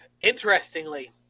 Interestingly